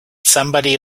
somebody